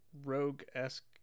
rogue-esque